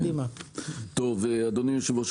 אדוני היושב-ראש,